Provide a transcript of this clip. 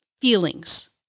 feelings